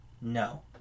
no